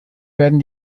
werden